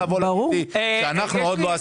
מתי